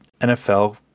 nfl